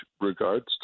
regards